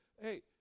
Hey